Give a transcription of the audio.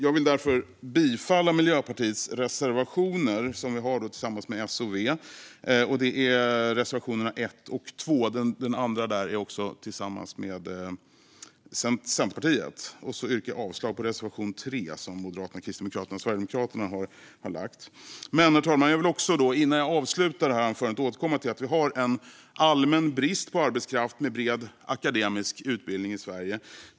Jag vill därför yrka bifall till Miljöpartiets reservationer 1 och 2, som vi har tillsammans med S och V, den andra också tillsammans med Centerpartiet, och avslag på reservation 3 från Moderaterna, Kristdemokraterna och Sverigedemokraterna. Herr talman! Innan jag avslutar mitt anförande vill jag återkomma till att vi har en allmän brist på arbetskraft med bred akademisk utbildning i Sverige.